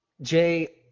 Jay